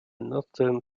northern